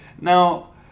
Now